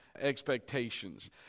expectations